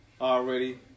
already